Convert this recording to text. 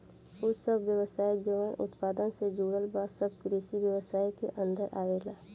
उ सब व्यवसाय जवन उत्पादन से जुड़ल बा सब कृषि व्यवसाय के अन्दर आवेलला